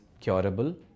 curable